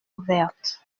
ouverte